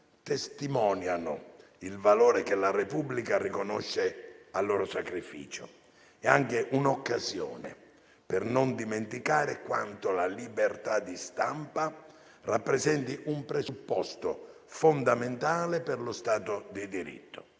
testimoniano il valore che la Repubblica riconosce al loro sacrificio e sono anche un'occasione per non dimenticare quanto la libertà di stampa rappresenti un presupposto fondamentale per lo Stato di diritto.